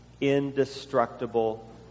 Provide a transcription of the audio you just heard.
indestructible